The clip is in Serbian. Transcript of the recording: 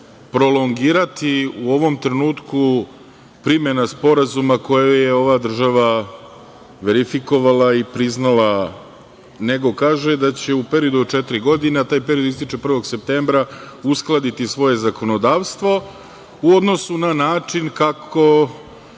prolongirati u ovom trenutku primena sporazuma koju je ova država verifikovala i priznala, nego kaže da će u periodu od četiri godine, taj period ističe 1. septembra, uskladiti svoje zakonodavstvo u odnosu na način kako,